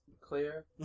clear